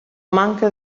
manca